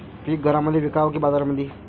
पीक घरामंदी विकावं की बाजारामंदी?